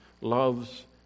loves